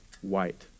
white